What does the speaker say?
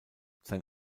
sein